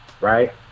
right